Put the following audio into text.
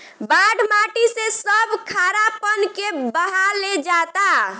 बाढ़ माटी से सब खारापन के बहा ले जाता